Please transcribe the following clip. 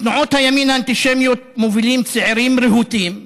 את תנועות הימין האנטישמיות מובילים צעירים רהוטים,